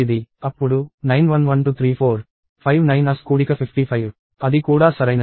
అప్పుడు 911234 5 9's కూడిక 55 అది కూడా సరైనదే